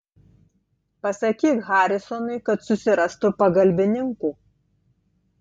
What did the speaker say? pasakyk harisonui kad susirastų pagalbininkų